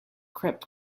crept